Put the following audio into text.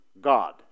God